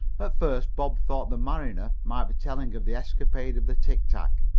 at first bob thought the mariner might be telling of the escapade of the tic-tac,